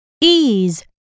ease